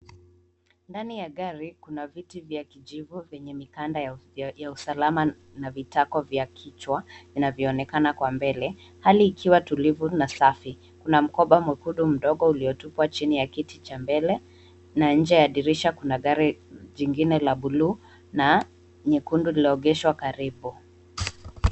Ndani ya gari kuna viti vya kijivu vyenye mikanda ya usalama na vitako vya kichwa vinavyo onekana kwa mbele hali ikiwa tulivu na safi. Kuna mkoba mwekundu mdogo ulio tupwa chini ya kiti cha mbele na nje ya dirisha kuna gari jingine la bluu na nyekundu lililo egeshwa karibu.